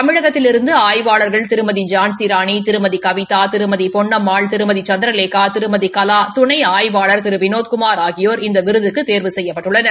தமிழகத்திலிருந்து ஆய்வாளர்கள் திருமதி ஜான்சி ராணி திருமதி கவிதா திருமதி பொன்னம்மாள் திருமதி சந்திரலேகா திருமதி கலா துணை ஆய்வாள் திரு வினோத்குமார் ஆகியோர் இந்த விருதுக்கு தேவு செய்யப்பட்டுள்ளனர்